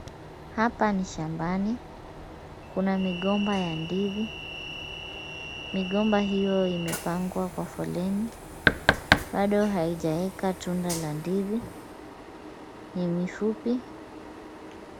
Hapa ni shambani, kuna migomba ya ndizi, migomba hiyo imepangwa kwa foleni, bado haijaeka tunda la ndizi, ni mifupi.